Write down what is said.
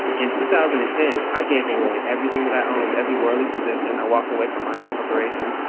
in two thousand and ten i gave away everything that i owned every worldly possession. i walked away from my corporation.